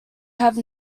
have